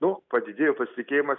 nu padidėjo pasitikėjimas